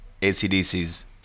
ACDC's